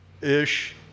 ish